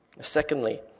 Secondly